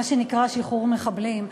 מה שנקרא שחרור מחבלים.